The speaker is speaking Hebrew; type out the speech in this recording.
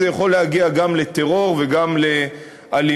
זה יכול להגיע גם לטרור וגם לאלימות.